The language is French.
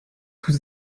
tout